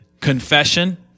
confession